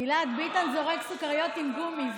גלעד, ביטן זורק סוכריות עם גומי.